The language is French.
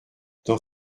dans